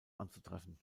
anzutreffen